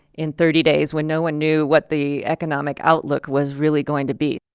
in thirty days, when no one knew what the economic outlook was really going to be